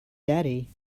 daddy